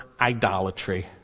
idolatry